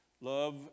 Love